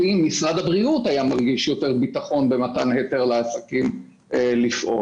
משרד הבריאות היה מרגיש יותר ביטחון במתן היתר לעסקים לפעול.